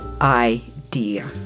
idea